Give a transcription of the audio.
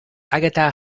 agatha